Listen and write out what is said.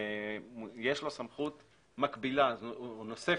יש לו סמכות מקבילה, נוספת,